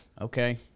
Okay